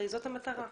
זאת הרי המטרה.